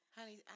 Honey